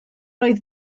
oedd